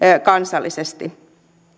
kansallisesti